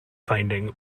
finding